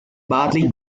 bartley